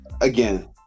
again